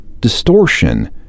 distortion